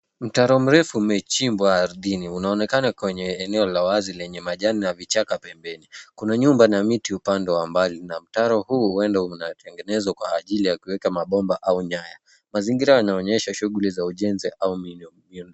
Mtaro mrefu umechimbwa arthini unaonekana kwenye eneo la wazi lenye majani na vichaka pembeni .Kuna nyumba na miti ambayo hupandwa mbali na mtaro huu huenda unatengenezwa kwa ajili ya kuweka mabomba au nyaya ,mazingira yanaonyeasha shughuli za ujenzi au miundombinu.